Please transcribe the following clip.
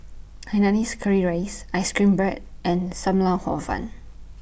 Hainanese Curry Rice Ice Cream Bread and SAM Lau Hor Fun